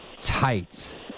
tight